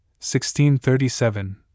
1637